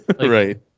Right